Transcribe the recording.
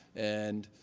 and